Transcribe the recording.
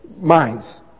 minds